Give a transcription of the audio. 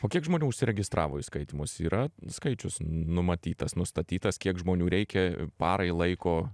o kiek žmonių užsiregistravo į skaitymus yra skaičius numatytas nustatytas kiek žmonių reikia parai laiko